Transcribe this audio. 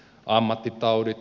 ammattitaudit